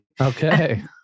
Okay